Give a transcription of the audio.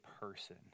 person